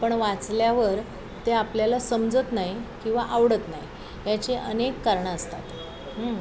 पण वाचल्यावर ते आपल्याला समजत नाही किंवा आवडत नाही याची अनेक कारणं असतात हं